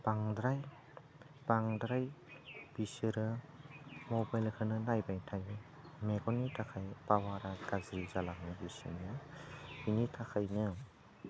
बांद्राय बिसोरो मबाइलखौनो नायबाय थायोमोन मेगननि थाखायनो पावारा गाज्रि जालाङो बिसोरनि बेनि थाखायनो